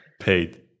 paid